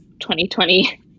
2020